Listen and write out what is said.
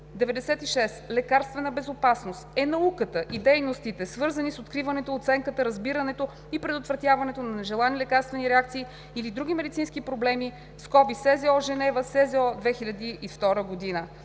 96. „Лекарствена безопасност“ е науката и дейностите, свързани с откриването, оценката, разбирането и предотвратяването на нежелани лекарствени реакции или други медицински проблеми (СЗО, Женева, СЗО, 2002 г.).